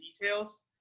details